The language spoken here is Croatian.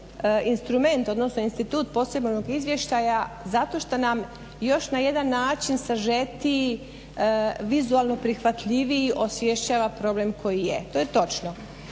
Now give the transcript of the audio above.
instrument, odnosno institut posebnog izvještaja zato što nam još na jedan način sažetiji vizualno prihvatljiviji osvješčava problem koji je. To je točno.